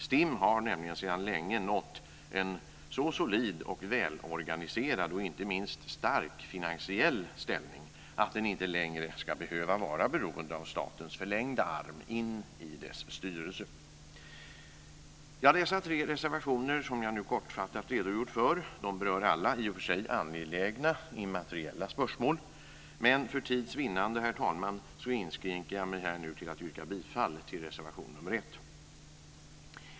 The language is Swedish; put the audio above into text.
STIM har nämligen sedan länge nått en så solid och välorganiserad och inte minst stark finansiell ställning att den inte längre ska behöva vara beroende av statens förlängda arm in i dess styrelse. Dessa tre reservationer som jag nu kortfattat redogjort för berör alla i och för sig angelägna immateriella spörsmål, men för tids vinnande, herr talman, inskränker jag mig här nu till att yrka bifall till reservation 1.